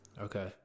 okay